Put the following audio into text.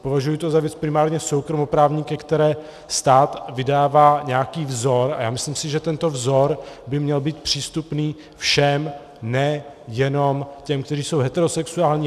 Považuji to za věc primárně soukromoprávní, ke které stát vydává nějaký vzor, a já si myslím, že tento vzor by měl být přístupný všem, ne jenom těm, kteří jsou heterosexuální.